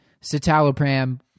citalopram